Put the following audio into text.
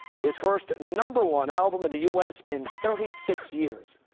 his first number one album in the u s. in thirty six years?